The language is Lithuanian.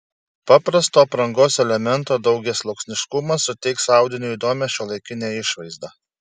paprasto aprangos elemento daugiasluoksniškumas suteiks audiniui įdomią šiuolaikinę išvaizdą